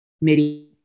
midi